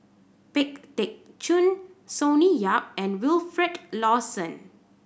Pang Teck Joon Sonny Yap and Wilfed Lawson